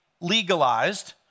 legalized